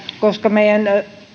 koska meidän